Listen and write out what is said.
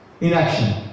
Inaction